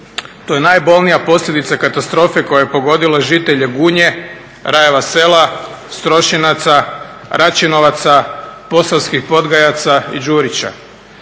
to je najbolnija posljedica katastrofe koja je pogodila žitelje Gunje, Rajeva Sela, Strošinaca, Račinovaca, Posavskih Podgajaca i Đurića.